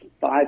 five